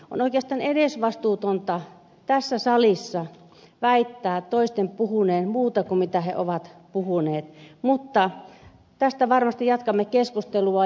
on oikeastaan edesvastuutonta tässä salissa väittää toisten puhuneen muuta kuin mitä he ovat puhuneet mutta tästä varmasti jatkamme keskustelua